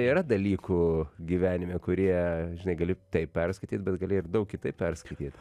yra dalykų gyvenime kurie žinai gali taip perskaityt bet gali ir daug kitaip perskaityt